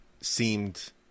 seemed